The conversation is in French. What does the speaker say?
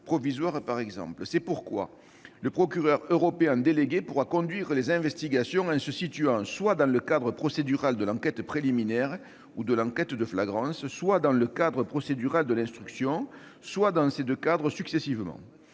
provisoire. C'est pourquoi le procureur européen délégué pourra conduire les investigations en se situant soit dans le cadre procédural de l'enquête préliminaire ou de l'enquête de flagrance, soit dans le cadre procédural de l'instruction, soit dans ces deux cadres successivement.